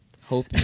hope